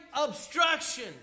obstruction